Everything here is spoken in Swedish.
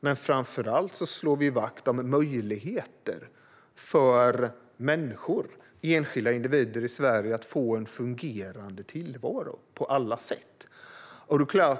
Men framför allt slår vi vakt om möjligheter för människor, enskilda individer, i Sverige att få en fungerande tillvaro på alla sätt.